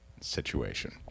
situation